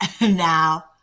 Now